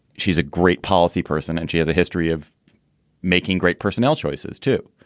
she's a great policy person and she has a history of making great personnel choices, too.